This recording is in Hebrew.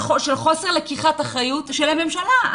של חוסר לקיחת אחריות של הממשלה.